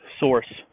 Source